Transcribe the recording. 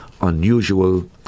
unusual